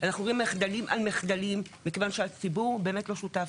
אנחנו עוברים מחדלים על מחדלים מכיוון שהציבור לא שותף?